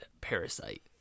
Parasite